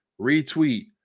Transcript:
retweet